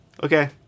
Okay